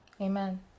Amen